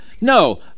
No